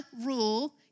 rule